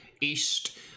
east